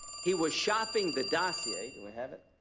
he was shopping the dossier. do we have it?